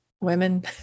women